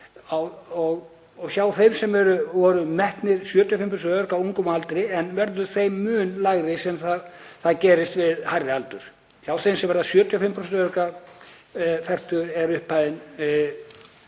hjá þeim sem voru metnir 75% öryrkjar á unga aldri, en verður þeim mun lægri sem það gerðist við hærri aldur. Hjá þeim sem varð 75% öryrki fertugur er upphæðin